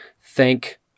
thank